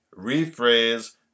rephrase